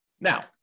Now